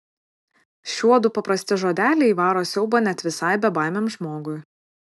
šiuodu paprasti žodeliai įvaro siaubą net visai bebaimiam žmogui